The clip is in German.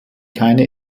keine